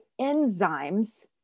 enzymes